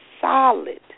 solid